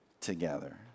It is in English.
together